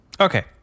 Okay